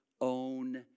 own